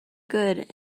good